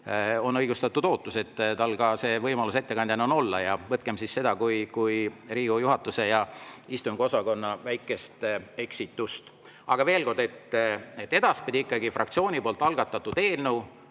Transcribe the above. on õigustatud ootus, et tal on see võimalus ettekandja olla. Võtkem seda kui Riigikogu juhatuse ja istungiosakonna väikest eksitust. Aga veel kord, edaspidi saab ikkagi fraktsiooni poolt algatatud eelnõu